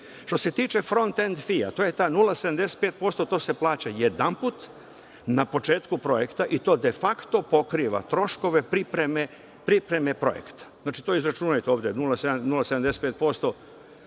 se tiče „front and fee“, to je ta 0,75% to se plaća jedanput, na početku projekta i to de fakto pokriva troškove pripreme projekta. Znači, to izračunate ovde 0,75%.